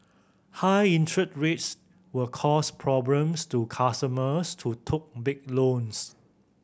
high interest rates will cause problems to customers too took big loans